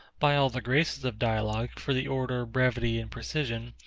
by all the graces of dialogue, for the order, brevity, and precision,